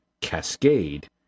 cascade